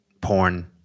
porn